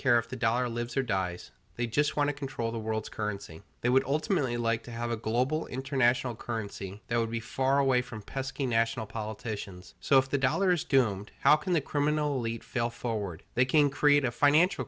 care if the dollar lives or dies they just want to control the world's currency they would ultimately like to have a global international currency that would be far away from pesky national politicians so if the dollar's doomed how can the criminally fail forward they can create a financial